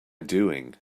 doing